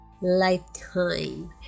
Lifetime